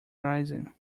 arisen